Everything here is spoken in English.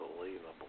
Unbelievable